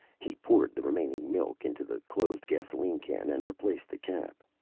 he poured the remaining milk into the closed gasoline can and replaced the cap.